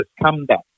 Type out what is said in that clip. Comeback